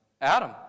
Adam